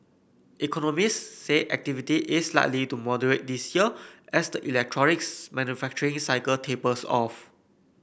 economists say activity is likely to moderate this year as the electronics manufacturing cycle tapers off